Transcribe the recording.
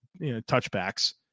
touchbacks